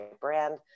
brand